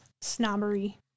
snobbery